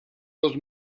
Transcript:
dos